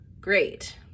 great